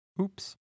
Oops